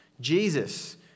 Jesus